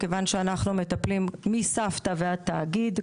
מכיוון שאנחנו מטפלים מסבתא ועד תאגיד,